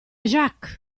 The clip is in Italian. jacques